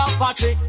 party